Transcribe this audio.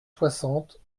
soixante